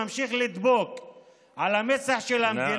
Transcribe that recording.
ממשיך להיות על המצח של המדינה,